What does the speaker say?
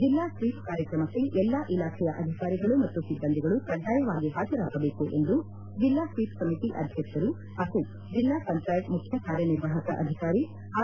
ಜಿಲ್ಲಾ ಸ್ವೀಪ್ ಕಾರ್ಯಕ್ರಮಕ್ಕೆ ಎಲ್ಲಾ ಇಲಾಖೆಯ ಅಧಿಕಾರಿಗಳು ಮತ್ತು ಸಿಬ್ಬಂದಿಗಳು ಕಡ್ಡಾಯವಾಗಿ ಹಾಜರಾಗಬೇಕು ಎಂದು ಜಿಲ್ಲಾ ಸ್ವೀಪ್ ಸಮಿತಿ ಅಧ್ಯಕ್ಷರು ಹಾಗೂ ಜಿಲ್ಲಾ ಪಂಚಾಯತ್ ಮುಖ್ಯ ಕಾರ್ಯನಿರ್ವಾಹಕ ಅಧಿಕಾರಿ ಆರ್